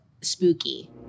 spooky